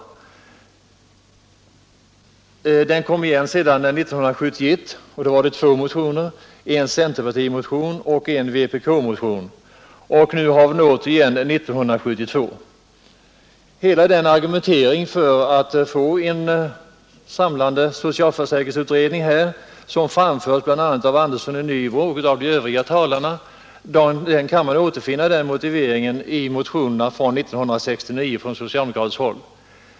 Frågan kom igen 1971, och då väcktes två motioner: en centerpartimotion och en vpk-motion. Nu har vi den åter till behandling år 1972. Hela den argumentering för att få en samlande socialförsäkringsutredning som framförts av bla. herr Anders son i Nybro kan man återfinna i motionerna av år 1969 från socialdemokratiskt håll.